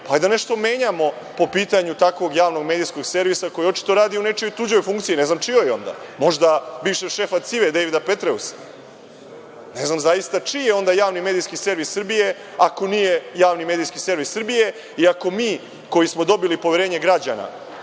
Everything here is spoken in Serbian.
da nešto menjamo po pitanju takvog javnog medijskog servisa, koji očito radi u nečijoj tuđoj funkciji, ne znam čijoj onda. Možda bivšeg šefa CIA-e Dejvida Petreusa. Ne znam zaista čiji je onda Javni medijski servis Srbije, ako nije javni medijski servis Srbije i ako mi koji smo dobili poverenje građana